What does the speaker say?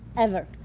ever.